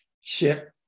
ship